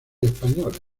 españoles